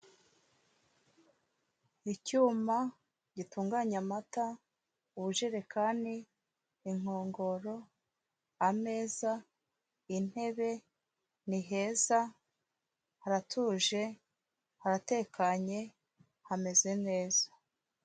Icyuma gitunganya amata, ubujerekani, inkongoro, ameza intebe, ni heza, haratuje, haratekanye, hameze neza.